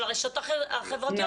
של הרשתות החברתיות,